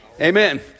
Amen